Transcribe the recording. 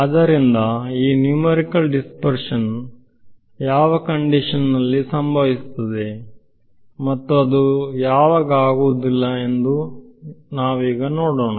ಆದ್ದರಿಂದ ಈ numerical dispersion ಯಾವ ಕಂಡೀಶನ್ ನಲ್ಲಿ ಸಂಭವಿಸುತ್ತದೆ ಮತ್ತು ಅದು ಯಾವಾಗ ಆಗುವುದಿಲ್ಲ ಎಂದು ನಾವು ಈಗ ನೋಡೋಣ